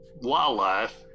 wildlife